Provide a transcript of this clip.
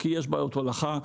כי יש בעיות הולכה,